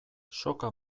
soka